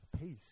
peace